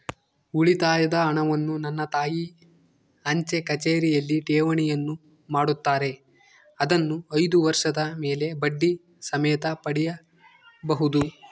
ಉಳಿತಾಯದ ಹಣವನ್ನು ನನ್ನ ತಾಯಿ ಅಂಚೆಕಚೇರಿಯಲ್ಲಿ ಠೇವಣಿಯನ್ನು ಮಾಡುತ್ತಾರೆ, ಅದನ್ನು ಐದು ವರ್ಷದ ಮೇಲೆ ಬಡ್ಡಿ ಸಮೇತ ಪಡೆಯಬಹುದು